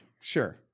Sure